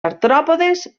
artròpodes